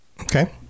okay